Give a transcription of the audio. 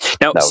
Now